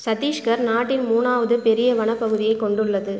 சத்தீஸ்கர் நாட்டின் மூணாவது பெரிய வனப்பகுதியைக் கொண்டுள்ளது